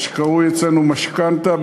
מה שקרוי אצלנו משכנתה,